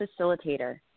facilitator